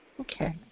Okay